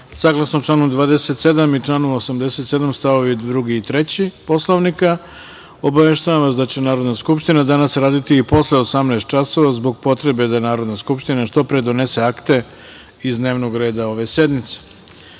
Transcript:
saglasno članu 27. i članu 87. stavovi 2. i 3. Poslovnika, obaveštavam vas da će Narodna skupština danas raditi i posle 18 časova zbog potrebe da Narodna skupština što pre donese akte iz dnevnog reda ove sednice. Isto